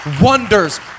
wonders